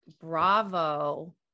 Bravo